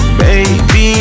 baby